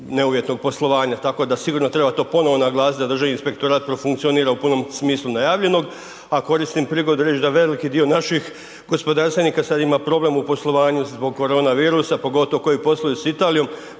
neuvjetnog poslovanja, tako da sigurno treba to ponovo naglasiti da Državni inspektorat profunkcionira u punom smislu najavljenog, a koristim prigodu reći da veliki dio naših gospodarstvenika sad ima problem u poslovanju zbog korona virusa, pogotovo koji posluju s Italijom,